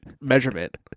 measurement